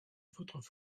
votre